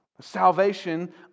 Salvation